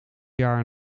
jaar